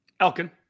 Elkin